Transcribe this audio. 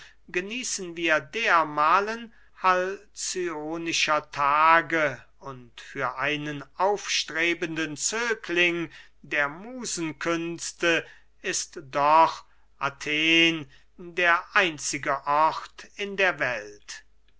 genießen wir dermahlen halcyonischer tage und für einen aufstrebenden zögling der musenkünste ist doch athen der einzige ort in der welt